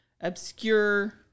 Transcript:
obscure